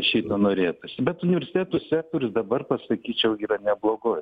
šito norėtųsi bet universitetų sektorius dabar pasakyčiau yra neblogoj